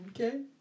Okay